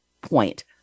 point